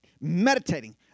Meditating